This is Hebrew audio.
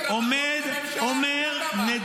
אבל ראש הממשלה גם אמר.